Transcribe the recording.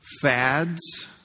fads